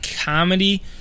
comedy